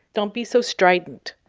don't be so strident.